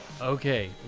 okay